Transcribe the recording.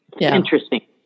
interesting